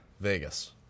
Vegas